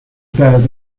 bear